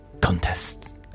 contest